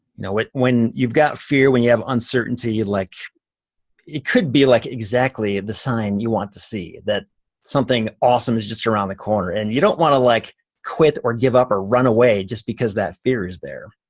you know when you've got fear, when you have uncertainty, like it could be like exactly the sign you want to see that something awesome is just around the corner. and you don't wanna like quit or give up or run away just because that fear is there.